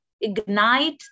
Ignite